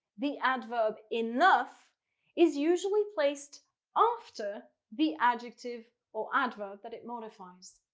the adverb enough is usually placed after the adjective or adverb that it modifies.